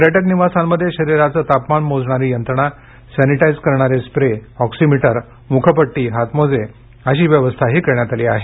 पर्यटक निवासांमध्ये शरिराचे तापमान मोजणारी यंत्रणा सॅनिटाईज करणारे स्प्रे ऑक्सीमिटर मुखपटटी हातमोजे अशी व्यवस्थाही करण्यात आली आहे